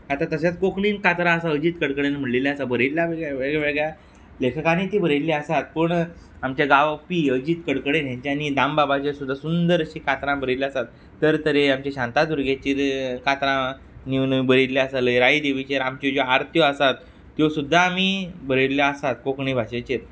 आतां तशेंच कोंकणीन कातरां आसा अजीत कडकडेन म्हणिल्लीं आसा बरीं वेगळ्यावेगळ्या लेखकांनी तीं बरयिल्लीं आसात पूण आमचे गावपी अजित कडकडे हेंच्यांनी दामबाबाचें सुद्दां सुंदर अशीं कातरां बरयलीं आसात तरतरेन आमची शांतादुर्गेचेर कातरां नीव नीव बरयल्लीं आसा लहराई देवीचेर आमच्यो ज्यो आरत्यो आसात त्यो सुद्दां आमी बरयल्ल्यो आसात कोंकणी भाशेचेर